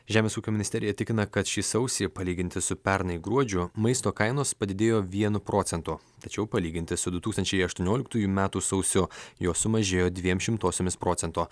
žemės ūkio ministerija tikina kad šį sausį palyginti su pernai gruodžiu maisto kainos padidėjo vienu procentu tačiau palyginti su du tūkstančiai aštuonioliktųjų metų sausiu jos sumažėjo dviem šimtosiomis procento